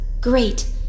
Great